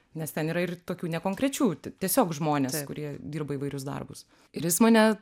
nes ten yra ir tokių nekonkrečių tiesiog žmonės kurie dirba įvairius darbus ir jis mane